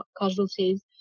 casualties